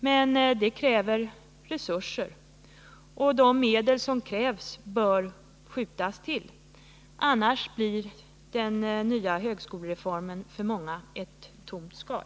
Men det kräver resurser. De medel som krävs bör skjutas till, annars blir den nya högskolereformen för många ett tomt skal.